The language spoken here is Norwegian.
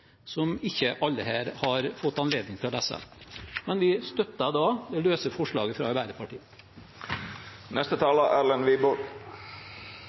som ikke alle her har fått anledning til å lese. Men vi støtter da det løse forslaget fra